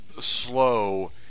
Slow